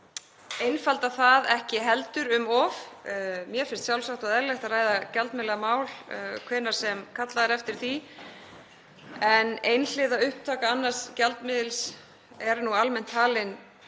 einfalda það ekki heldur um of. Mér finnst sjálfsagt og eðlilegt að ræða gjaldmiðlamál hvenær sem kallað er eftir því en einhliða upptaka annars gjaldmiðils er almennt talin